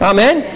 Amen